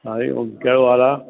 हरि ओम कहिड़ो हालु आहे